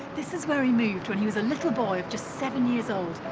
this is where he moved when he was a little boy of just seven years old,